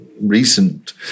recent